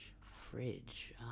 Fridge